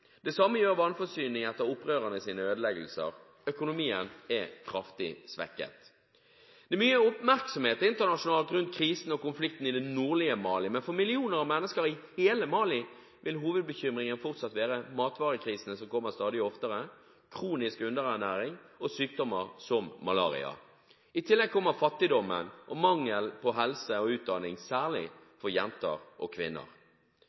det samme gjør vannforsyning etter opprørernes ødeleggelser. Økonomien er kraftig svekket. Det er mye oppmerksomhet internasjonalt rundt krisen og konflikten i det nordlige Mali. Men for millioner av mennesker i hele Mali vil hovedbekymringen fortsatt være matvarekrisene, som kommer stadig oftere, kronisk underernæring og sykdommer som malaria. I tillegg kommer fattigdommen og mangel på helse og utdanning, særlig for jenter og kvinner.